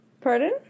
pardon